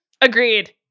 Agreed